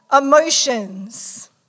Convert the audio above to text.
emotions